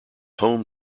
home